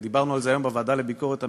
דיברנו על זה היום בוועדה לביקורת המדינה.